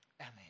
Amen